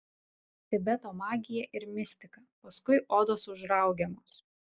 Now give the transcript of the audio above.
tibeto magija ir mistika paskui odos užraugiamos